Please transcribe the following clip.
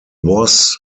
was